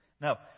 Now